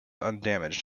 undamaged